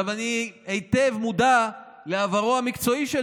עכשיו אני היטב מודע לעברו המקצועי של